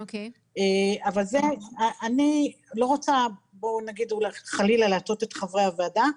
אני לא רוצה להטעות את חברי הוועדה,